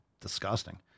disgusting